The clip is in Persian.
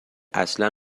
اصلا